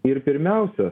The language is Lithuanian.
ir pirmiausia